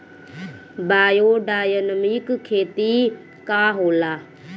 Biodynamic खेती का होला?